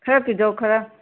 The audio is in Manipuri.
ꯈꯔ ꯄꯤꯖꯧ ꯈꯔ